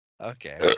Okay